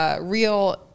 real